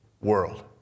world